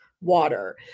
water